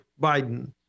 Biden